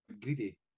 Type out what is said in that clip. greedy